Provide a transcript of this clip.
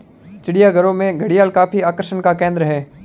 चिड़ियाघरों में घड़ियाल काफी आकर्षण का केंद्र है